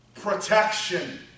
protection